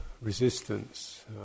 resistance